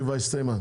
הישיבה נעולה.